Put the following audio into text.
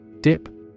Dip